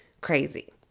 crazy